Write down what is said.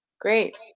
Great